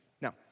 Now